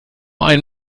einen